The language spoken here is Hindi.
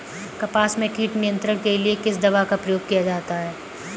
कपास में कीट नियंत्रण के लिए किस दवा का प्रयोग किया जाता है?